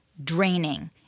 draining